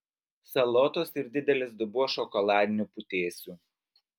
salotos ir didelis dubuo šokoladinių putėsių